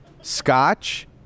Scotch